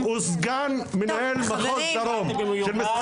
הוא סגן מנהל מחוז דרום של משרד הבריאות.